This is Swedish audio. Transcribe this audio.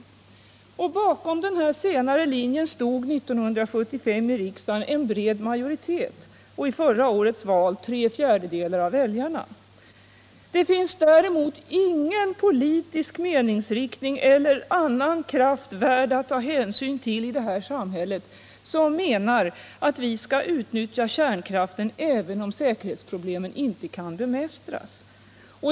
Bakom den senare linjen stod 1975 i riksdagen en bred majoritet och i förra årets val tre fjärdedelar av väljarna. Det finns däremot ingen politisk meningsriktning eller annan kraft värd att ta hänsyn till i detta samhälle som menar att vi skall utnyttja kärnkraften även om säkerhetsproblemen inte kan bemästras.